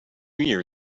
year